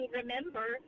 remember